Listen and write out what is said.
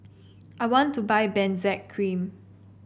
I want to buy Benzac Cream